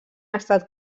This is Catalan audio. estat